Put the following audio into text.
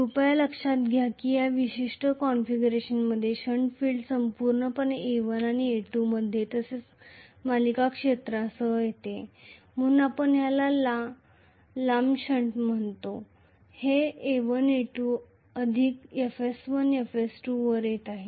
कृपया लक्षात घ्या की या विशिष्ट कॉन्फिगरेशनमध्ये शंट फील्ड संपूर्णपणे A1 आणि A2 मध्ये तसेच सिरीजक्षेत्रासह येत आहे म्हणून आपण याला लांब शंट म्हणतो हे A1 A2 अधिक FS1 FS2 वर येत आहे